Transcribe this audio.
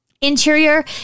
interior